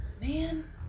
Man